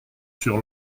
sur